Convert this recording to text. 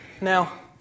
Now